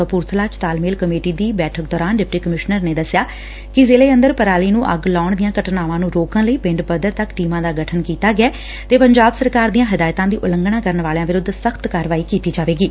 ਕਪੂਰਬਲਾ ਚ ਤਾਲਮੇਲ ਕਮੇਟੀ ਦੀ ਮੀਟਿੰਗ ਦੌਰਾਨ ਡਿਪਟੀ ਕਮਿਸ਼ਨਰ ਨੇ ਦੱਸਿਆ ਕਿ ਜਿਲ੍ਹੇ ਅੰਦਰ ਪਰਾਲੀ ਨੂੰ ਅੱਗ ਲਾਉਣ ਦੀਆਂ ਘਟਨਾਵਾਂ ਨੂੰ ਰੋਕਣ ਲਈ ਪਿੰਡ ਪੱਧਰ ਤੱਕ ਟੀਮਾਂ ਦਾ ਗਠਨ ਕੀਤਾ ਗਿਐ ਤੇ ਪੰਜਾਬ ਸਰਕਾਰ ਦੀਆਂ ਹਦਾਇਤਾਂ ਦੀ ਉਲੰਘਣਾ ਕਰਨ ਵਾਲਿਆਂ ਵਿਰੁੱਧ ਸਖਤ ਕਾਰਵਾਈ ਕੀਡੀ ਜਾਵੇਗੀ